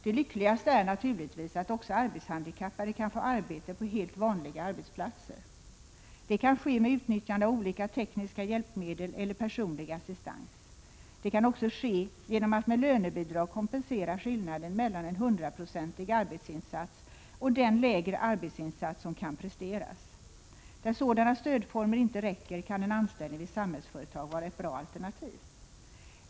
Det lyckligaste är naturligtvis att också arbetshandikappade kan få arbete på helt vanliga arbetsplatser. Det kan ske med utnyttjande av olika tekniska hjälpmedel eller personlig assistans. Det kan också ske genom att med lönebidrag kompensera skillnaden mellan en 100-procentig arbetsinsats och den lägre 7n arbetsinsats som kan presteras. Där sådana stödformer inte räcker kan en anställning vid Samhällsföretag vara ett bra alternativ.